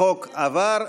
החוק עבר,